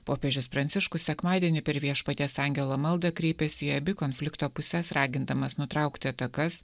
popiežius pranciškus sekmadienį per viešpaties angelo maldą kreipėsi į abi konflikto puses ragindamas nutraukti atakas